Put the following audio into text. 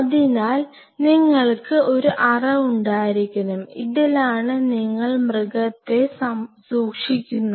അതിനാൽ നിങ്ങൾക്ക് ഒരു അറ ഉണ്ടായിരിക്കണം ഇതിലാണ് നിങ്ങൾ മൃഗത്തെ മൃഗത്തെ സൂക്ഷിക്കുന്നത്